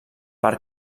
per